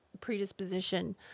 predisposition